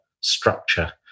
structure